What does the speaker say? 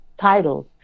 titles